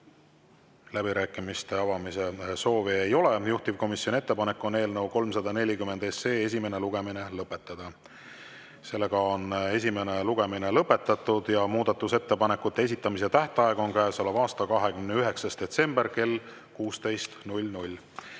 Läbirääkimiste soovi ei ole. Juhtivkomisjoni ettepanek on eelnõu 340 esimene lugemine lõpetada. Esimene lugemine on lõpetatud ja muudatusettepanekute esitamise tähtaeg on käesoleva aasta 29. detsember kell 16.